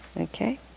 Okay